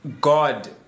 God